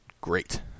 great